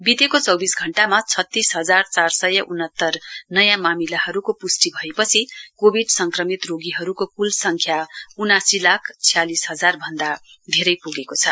वितेको चौविस घण्टामा छत्तीस हजार चार सय उनात्तर नयाँ मामिलाहरुको पुष्टि भएपछि कोविड संक्रमित रोगीहरुको कुल संख्या उनासी लाख छ्यालिस हजार भन्दा धेरै पुगेको छ